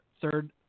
third